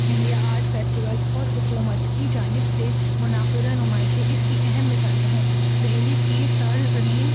India art festival اور حکومت کی جانب سے منعقدہ نمائشیں اس کی اہم مثالیں ہیں دہلی کی سر زمین